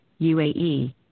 UAE